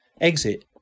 exit